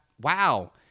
wow